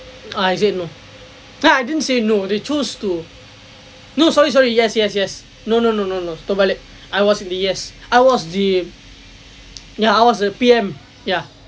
I said no ah I didn't say no they choose to no sorry sorry yes yes yes no no no no no tombalik I was in the yes I was the ya I was a P_M ya